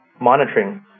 monitoring